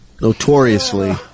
Notoriously